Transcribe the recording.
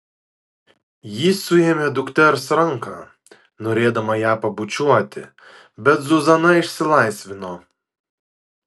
ji suėmė dukters ranką norėdama ją pabučiuoti bet zuzana išsilaisvino